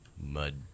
mud